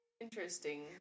Interesting